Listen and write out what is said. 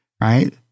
right